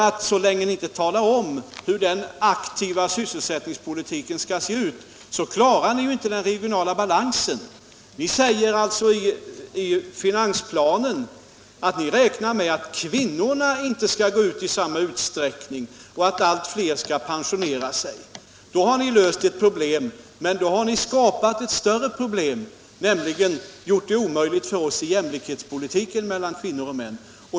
Och så länge ni inte talar om, hur den aktiva sysselsättningspolitiken skall se ut, klarar ni ju inte den regionala balansen. Ni säger i finansplanen att ni räknar med att kvinnorna inte skall gå ut på arbetsmarknaden i samma utsträckning som förut och att allt fler skall pensionera sig. Då har ni löst ett problem, men samtidigt har ni skapat ett större problem, nämligen gjort det omöjligt att föra en politik för jämlikhet mellan kvinnor och män.